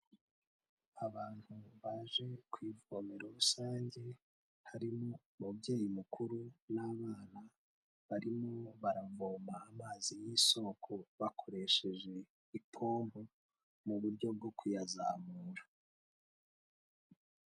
Abantu baje ku ivomero rusange harimo umubyeyi mukuru n'abana; barimo baravoma amazi y'isoko bakoresheje ipombo, mu buryo bwo kuyazamura.